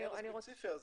בעניין הספציפי הזה,